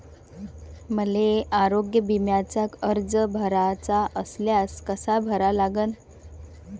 मले आरोग्य बिम्याचा अर्ज भराचा असल्यास कसा भरा लागन?